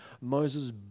Moses